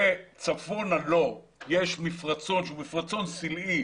וצפונה לו יש מפרצון שהוא מפרצון סלעי